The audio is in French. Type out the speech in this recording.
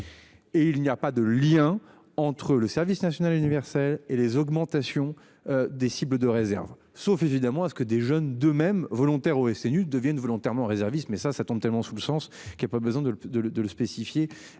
Et il n'y a pas de lien entre le service national universel et les augmentations des cibles de réserve sauf évidemment à ce que des jeunes de même volontaire au SNU deviennent volontairement réservistes mais ça ça tombe tellement sous le sens qu'il a pas besoin de le, de